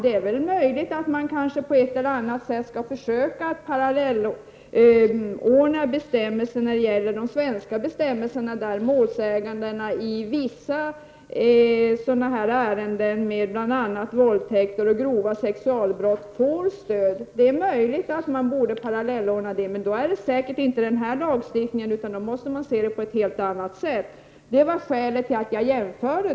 Det är möjligt att vi på ett eller annat sätt bör parallellkoppla de svenska bestämmelserna med utländska bestämmelser i fall av bl.a. våldtäkt och grova sexualbrott där målsägande får stöd. Men det kan troligen inte ske i den här lagen utan måste tillgå på annat sätt. Det var skälet till den jämförelse jag gjorde.